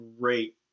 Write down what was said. great